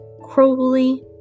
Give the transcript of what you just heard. Crowley